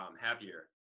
happier